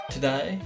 Today